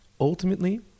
Ultimately